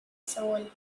soul